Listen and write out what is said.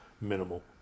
minimal